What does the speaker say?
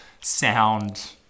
sound